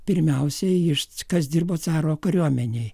pirmiausiai iš kas dirbo caro kariuomenėj